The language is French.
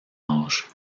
âge